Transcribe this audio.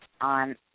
on